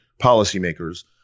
policymakers